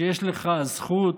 שיש לך הזכות